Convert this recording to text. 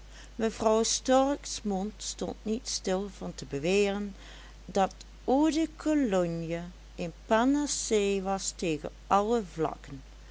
mevrouw storks mond stond niet stil van te beweren dat eau de cologne een panacé was tegen alle vlakken